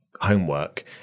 homework